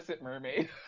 mermaid